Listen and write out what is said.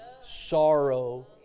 sorrow